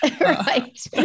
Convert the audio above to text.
Right